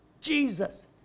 Jesus